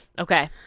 Okay